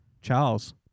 Charles